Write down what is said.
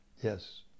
yes